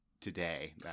today